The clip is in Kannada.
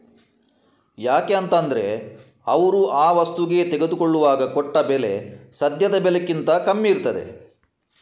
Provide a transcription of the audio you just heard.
ಯಾಕೆ ಅಂತ ಅಂದ್ರೆ ಅವ್ರು ಆ ವಸ್ತುಗೆ ತೆಗೆದುಕೊಳ್ಳುವಾಗ ಕೊಟ್ಟ ಬೆಲೆ ಸದ್ಯದ ಬೆಲೆಗಿಂತ ಕಮ್ಮಿ ಇರ್ತದೆ